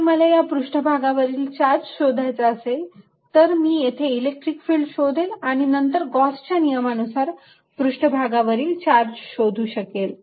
जर मला या पृष्ठभागावरील चार्ज शोधायचा असेल तर मी येथे इलेक्ट्रिक फिल्ड शोधेल आणि नंतर गॉस च्या नियमानुसार Gauss's law पृष्ठभागावरील चार्ज शोधू शकेल